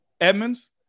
Edmonds